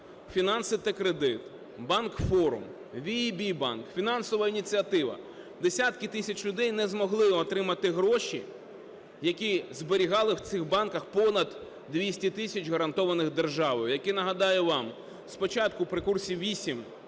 "Фінанси та Кредит", "Банк Форум", "VIB Банк", "Фінансова ініціатива". Десятки тисяч людей не змогли отримати гроші, які зберігали в цих банках, понад 200 тисяч, гарантованих державою. Які, нагадаю вам, спочатку при курсі 8